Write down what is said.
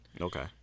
okay